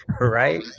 right